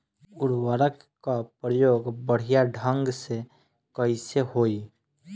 उर्वरक क प्रयोग बढ़िया ढंग से कईसे होई?